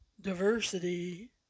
diversity